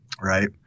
right